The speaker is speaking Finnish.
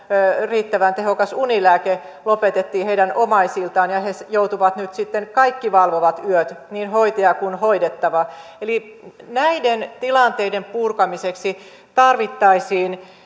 riittävän tehokas unilääke lopetettiin heidän omaisiltaan ja he joutuvat nyt sitten kaikki valvomaan yöt niin hoitajat kuin hoidettavat eli näiden tilanteiden purkamiseksi tarvittaisiin